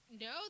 No